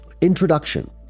Introduction